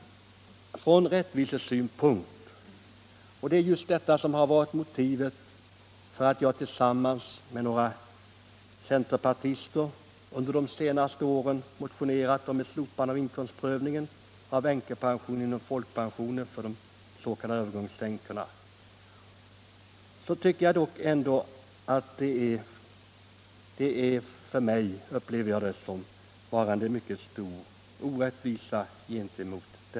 Från rättvisesynpunkt — och det är just det som varit orsak till att jag tillsammans med några andra centerpartister under de senaste åren har motionerat om slopande av inkomstprövningen av änkepensionen inom folkpensionen för de s.k. övergångsänkorna — upplever jag det nuvarande tillståndet på detta område som en mycket stor orättvisa.